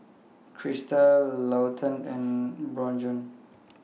Krysta Lawton and Bjorn